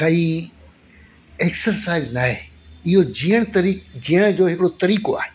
काई एक्सरसाइज़ न आहे इहो जीअण जो तरीक़ो जीअण जो हिकु तरीक़ो आहे